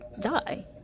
die